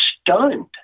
stunned